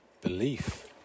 belief